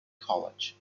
college